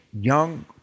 young